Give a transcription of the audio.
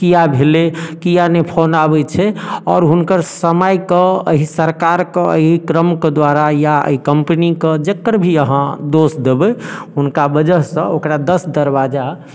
किआ भेलै किआ नहि फोन आबै छै आओर हुनकर समयके अहि सरकारके अइ क्रमके द्वारा या अइ कम्पनीके जकर भी अहाँ दोष देबै हुनका वजहसँ ओकरा दस दरवाजा